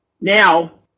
now